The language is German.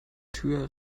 tür